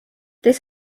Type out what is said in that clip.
this